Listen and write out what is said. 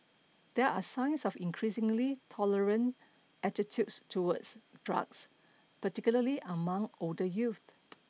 there are signs of increasingly tolerant attitudes towards drugs particularly among older youth